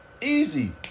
Easy